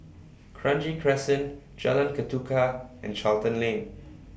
Kranji Crescent Jalan Ketuka and Charlton Lane